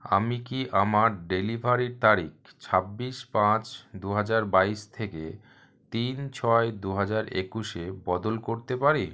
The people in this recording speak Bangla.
আমি কি আমার ডেলিভারির তারিখ ছাব্বিশ পাঁচ দু হাজার বাইশ থেকে তিন ছয় দু হাজার একুশে বদল করতে পারি